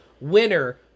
winner